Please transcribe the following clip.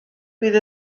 bydd